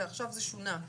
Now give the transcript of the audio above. ועכשיו זה שונה.